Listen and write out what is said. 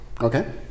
Okay